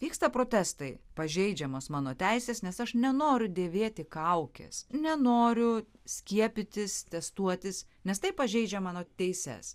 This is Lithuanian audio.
vyksta protestai pažeidžiamos mano teisės nes aš nenoriu dėvėti kaukės nenoriu skiepytis testuotis nes tai pažeidžia mano teises